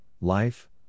life